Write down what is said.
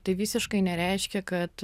tai visiškai nereiškia kad